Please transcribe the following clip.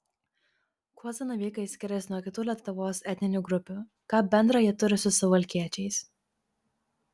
kuo zanavykai skiriasi nuo kitų lietuvos etninių grupių ką bendra jie turi su suvalkiečiais